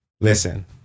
listen